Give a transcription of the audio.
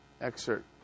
excerpt